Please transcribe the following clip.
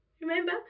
remember